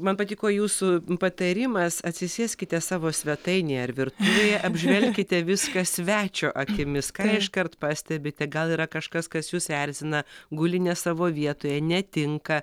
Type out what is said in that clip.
man patiko jūsų patarimas atsisėskite savo svetainėje ar virtuvėje apžvelkite viską svečio akimis ką iškart pastebite gal yra kažkas kas jus erzina guli ne savo vietoje netinka